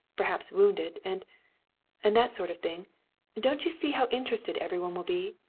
perhaps wounded and and that sort of thing don't you see how interested every one will be?